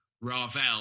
Ravel